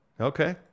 Okay